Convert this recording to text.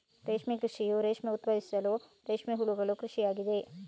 ರೇಷ್ಮೆ ಕೃಷಿಯು ರೇಷ್ಮೆ ಉತ್ಪಾದಿಸಲು ರೇಷ್ಮೆ ಹುಳುಗಳ ಕೃಷಿ ಆಗಿದೆ